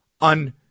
on